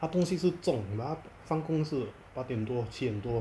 他东西是重 but 他放工是八点多七点多